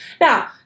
Now